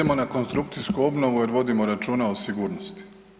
Idemo na konstrukcijsku obnovu jer vodimo računa o sigurnosti.